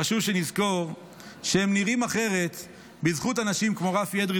חשוב שנזכור שהם נראים אחרת בזכות אנשים כמו רפי אדרי,